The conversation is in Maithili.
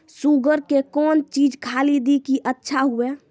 शुगर के कौन चीज खाली दी कि अच्छा हुए?